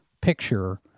picture